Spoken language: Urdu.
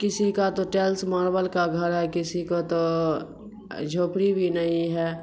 کسی کا تو ٹیلس ماربل کا گھر ہے کسی کا تو جھوپڑی بھی نہیں ہے